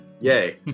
yay